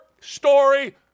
story